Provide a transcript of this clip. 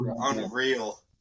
unreal